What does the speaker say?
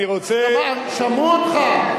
שמעו אותך.